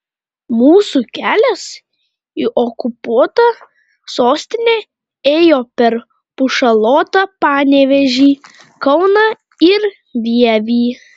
mūsų kelias į okupuotą sostinę ėjo per pušalotą panevėžį kauną ir vievį